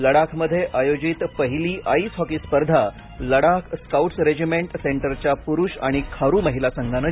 लडाखमध्ये आयोजित पहिली आईस हॉकी स्पर्धा लडाख स्काउट्स रेजिमेंट सेंटरच्या पुरुष आणि खारु महिला संघानं